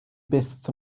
byth